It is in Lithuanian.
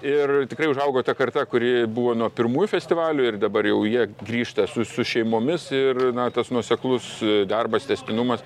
ir tikrai užaugo ta karta kuri buvo nuo pirmųjų festivalių ir dabar jau jie grįžta su su šeimomis ir na tas nuoseklus darbas tęstinumas